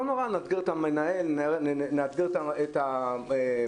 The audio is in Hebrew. לא נורא, נאתגר את המנהל, נאתגר את המורים.